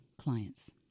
clients